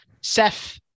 Seth